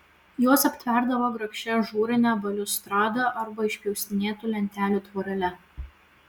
juos aptverdavo grakščia ažūrine baliustrada arba išpjaustinėtų lentelių tvorele